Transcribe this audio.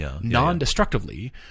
non-destructively